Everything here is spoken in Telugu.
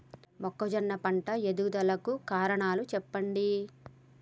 మొక్కజొన్న పంట ఎదుగుదల కు కారణాలు చెప్పండి?